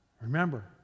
Remember